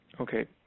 Okay